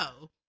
No